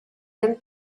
them